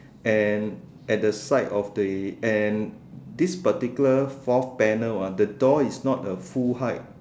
and at the side of the and this particular fourth panel ah the door is not a full height